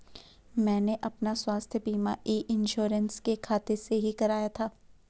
मैंने अपना स्वास्थ्य बीमा ई इन्श्योरेन्स के खाते से ही कराया था